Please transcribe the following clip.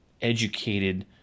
educated